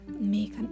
make